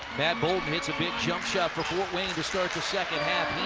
matt bouldin hits a big jump shot for fort wayne to start the second half.